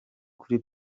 kuri